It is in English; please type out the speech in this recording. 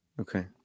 Okay